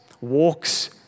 walks